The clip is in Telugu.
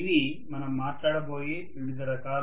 ఇవి మనం మాట్లాడబోయే వివిధ రకాలు